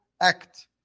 act